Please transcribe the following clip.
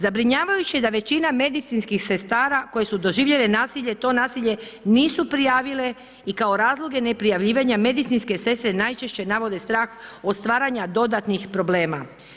Zabrinjavajuće je da većina medicinskih sestara koje su doživjele nasilje, to nasilje nisu prijavile i kao razloge neprijavljivanja medicinske sestre najčešće navode strah od stvaranja dodatnih problema.